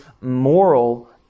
moral